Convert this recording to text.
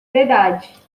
verdade